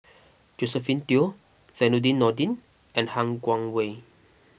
Josephine Teo Zainudin Nordin and Han Guangwei